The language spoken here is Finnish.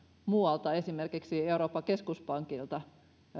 muualta esimerkiksi euroopan keskuspankilta